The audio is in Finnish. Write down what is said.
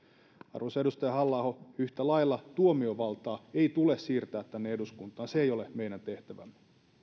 arvoisa edustaja halla aho yhtä lailla tuomiovaltaa ei tule siirtää tänne eduskuntaan se ei ole meidän tehtävämme